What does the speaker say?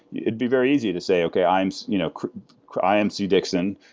it'd be very easy to say, okay, i am so you know i am c. dizon.